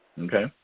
Okay